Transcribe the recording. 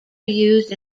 used